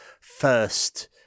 first